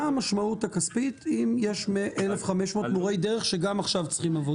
מה המשמעות הכספית אם יש 1,500 מורי דרך שגם עכשיו צריכים עבודה?